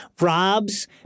Rob's